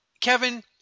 Kevin